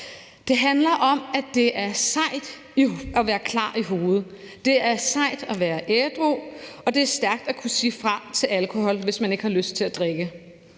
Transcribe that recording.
Det handler om, at det er sejt at være klar i hovedet, det er sejt at være ædru, og det er stærkt at kunne sige fra til alkohol, hvis man ikke har lyst til at drikke,